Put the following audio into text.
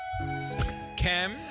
Cam